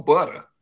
Butter